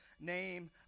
name